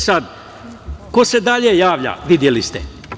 Sad, ko se dalje javlja, videli ste.